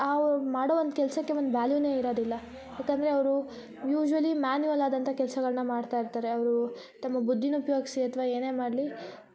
ಆ ಒಂದು ಮಾಡೋ ಕೆಲಸಕ್ಕೆ ಒಂದು ವ್ಯಾಲ್ಯೂನೆ ಇರದಿಲ್ಲ ಯಾಕಂದರೆ ಅವರು ಯ್ಯುಸುವಲಿ ಮ್ಯಾನ್ಯುವಲ್ ಆದಂಥ ಕೆಲಸಗಳನ್ನ ಮಾಡ್ತಾಯಿರ್ತಾರೆ ಅವರು ತಮ್ಮ ಬುದ್ಧಿನ ಉಪಯೋಗಿಸಿ ಅಥ್ವ ಏನೇ ಮಾಡಲಿ